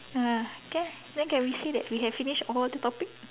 ah can then can we say that we have finished all the topic